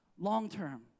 long-term